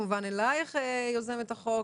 כמובן אליך יוזמת החוק,